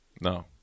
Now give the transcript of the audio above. No